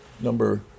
number